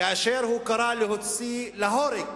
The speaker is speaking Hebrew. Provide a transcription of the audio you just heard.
כאשר הוא קרא להוציא להורג